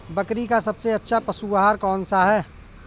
बकरी का सबसे अच्छा पशु आहार कौन सा है?